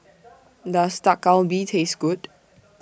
Does Dak Galbi Taste Good